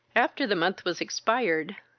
after the month was expired,